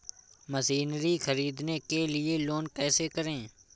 Machinery ख़रीदने के लिए लोन कैसे करें?